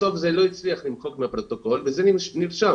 בסוף לא הצליחו למחוק מהפרוטוקול וזה נרשם.